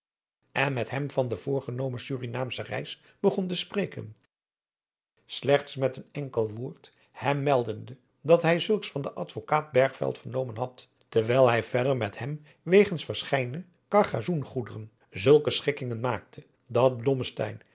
en met hem van de voorgenomen surinaamsche reis begon te spreken slechts met een enkel woord hem meldende dat hij zulks van den advokaat bergveld vernomen had terwijl hij verder met hem wegens verscheiden cargasoen goederen zulke schikkingen maakte dat